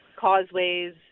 causeways